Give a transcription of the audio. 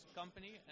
company